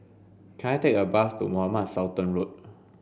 can I take a bus to Mohamed Sultan Road